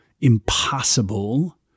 impossible